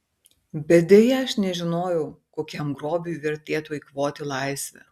bet deja aš nežinojau kokiam grobiui vertėtų eikvoti laisvę